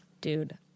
dude